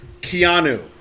Keanu